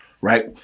right